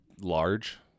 large